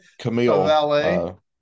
Camille